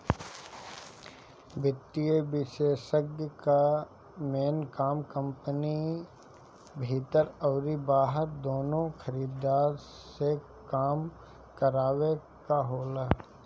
वित्तीय विषेशज्ञ कअ मेन काम कंपनी भीतर अउरी बहरा दूनो खरीदार से काम करावे कअ होला